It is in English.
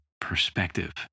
perspective